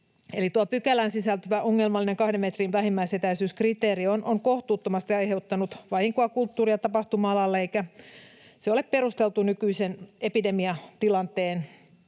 pykälään sisältyvä ongelmallinen kahden metrin vähimmäisetäisyyskriteeri on kohtuuttomasti aiheuttanut vahinkoa kulttuuri- ja tapahtuma-alalle, eikä se ole perusteltu nykyinen epidemiatilanne